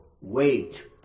wait